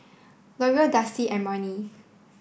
Leora Dusty and Marni